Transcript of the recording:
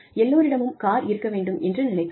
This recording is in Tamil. எல்லோரிடமும் கார் இருக்க வேண்டும் என்று நினைத்தார்